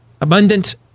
Abundant